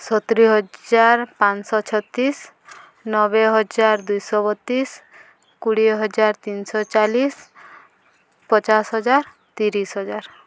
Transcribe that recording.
ସତୁରି ହଜାର ପାଞ୍ଚଶହ ଛତିଶି ନବେ ହଜାର ଦୁଇଶହ ବତିଶି କୋଡ଼ିଏ ହଜାର ତିନିଶହ ଚାଳିଶି ପଚାଶ ହଜାର ତିରିଶି ହଜାର